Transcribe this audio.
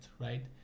right